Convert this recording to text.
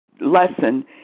lesson